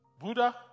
Buddha